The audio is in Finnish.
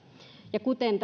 ja kuten